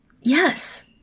Yes